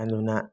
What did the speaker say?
ꯑꯗꯨꯅ